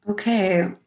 Okay